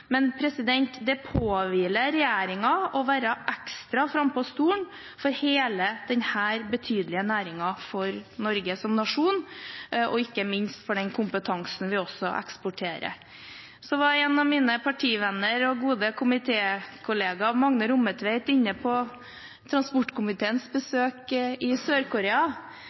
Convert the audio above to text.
men det påhviler regjeringen å være ekstra frampå stolen for hele denne betydelige næringen for Norge som nasjon, og ikke minst for den kompetansen vi også eksporterer. En av mine partivenner og min gode komitékollega, Magne Rommetveit, var inne på transportkomiteens besøk i